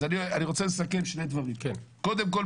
אז אני רוצה לסכם שני דברים: קודם כל,